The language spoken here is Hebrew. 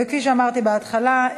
וכפי שאמרתי בהתחלה,